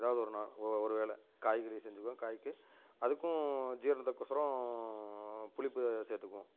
ஏதாவது ஒரு நா ஒ ஒரு வேளை காய்கறி செஞ்சுக்குவோம் காய்க்கு அதுக்கும் ஜீரணத்துக்கொசரம் புளிப்பு ஏதாவது சேர்த்துக்குவோம்